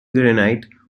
granite